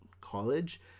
college